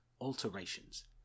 alterations